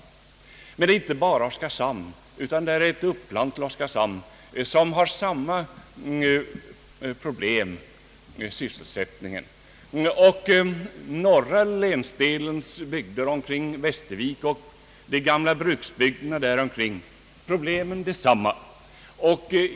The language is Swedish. Emellertid gäller det inte bara Oskarshamn, utan staden har ett uppland med samma problem i fråga om sysselsättningen. Norra länsdelen kring Västervik och de gamla bruksbygderna där omkring har samma problem.